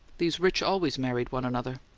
these rich always married one another.